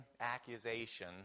accusation